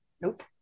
nope